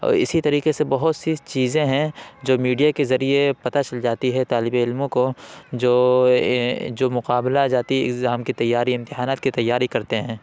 اور اسی طریقے سے بہت سی چیزیں ہیں جو میڈیا کے ذریعے پتا چل جاتی ہے طالب علموں کو جو مقابلہ جاتی ایگزام کی تیاری امتحانات کی تیاری کرتے ہیں